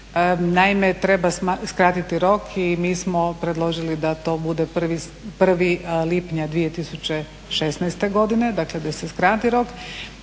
Naime, treba skratiti rok i mi smo predložili da to bude 1. lipnja 2016. godine, dakle da se skrati rok.